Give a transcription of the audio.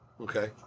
okay